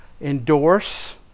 endorse